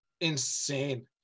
Insane